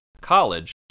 college